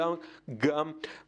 אלא גם בבסיס